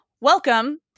Welcome